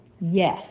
Yes